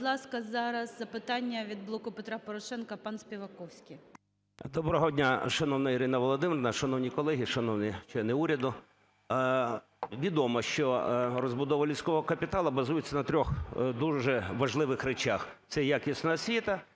Доброго дня, шановна Ірина Володимирівна, шановні колеги, шановні члени уряду! Відомо, що розбудова людського капіталу базується на трьох дуже важливих речах: це якісна освіта,